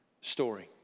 story